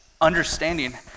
understanding